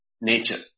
nature